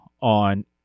on